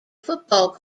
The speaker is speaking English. football